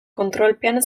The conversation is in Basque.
kontrolpean